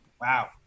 Wow